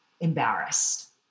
embarrassed